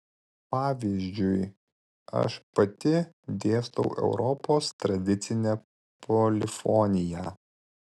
pavyzdžiui aš pati dėstau europos tradicinę polifoniją